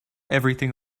everything